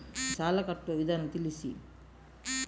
ಸಾಲ ಕಟ್ಟುವ ವಿಧಾನ ತಿಳಿಸಿ?